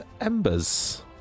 Embers